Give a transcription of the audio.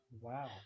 Wow